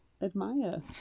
admire